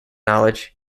knowledge